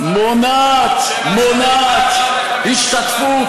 מונעת השתתפות,